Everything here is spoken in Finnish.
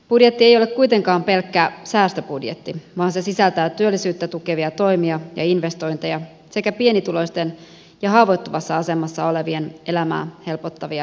budjetti ei ole kuitenkaan pelkkä säästöbudjetti vaan se sisältää työllisyyttä tukevia toimia ja investointeja sekä pienituloisten ja haavoittuvassa asemassa olevien elämää helpottavia esityksiä